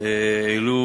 העלו